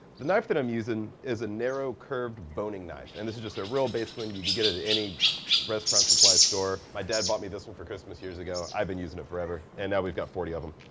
the knife that i'm usin' is a narrow curved boning knife. and this is just a real basic one. you can get is at any restaurant supply store. my dad bought me this one for christmas years ago, but i've been usin' it forever, and now we've got forty of em.